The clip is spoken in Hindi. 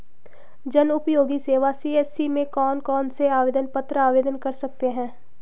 जनउपयोगी सेवा सी.एस.सी में कौन कौनसे आवेदन पत्र आवेदन कर सकते हैं?